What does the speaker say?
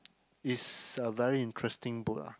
is a very interesting book ah